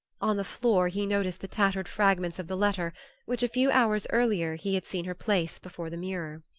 on the floor he noticed the tattered fragments of the letter which, a few hours earlier, he had seen her place before the mirror.